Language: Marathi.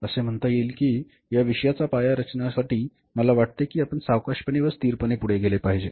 तर असे म्हणता येईल कि या विषयाचा पाया रचण्यासाठी मला वाटते कि आपण सावकाशपणे व स्थिरपणे पुढे गेले पाहिजे